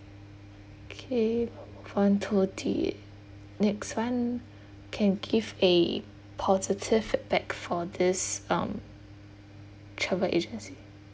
okay one two three next one can give a positive feedback for this um travel agency